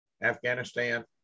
Afghanistan